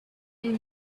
and